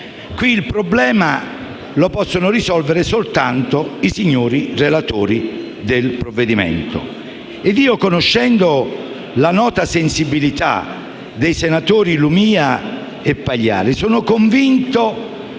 Il problema lo possono risolvere soltanto i signori relatori del provvedimento.